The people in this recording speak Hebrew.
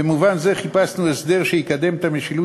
במובן זה חיפשנו הסדר שיקדם את המשילות